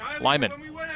Lyman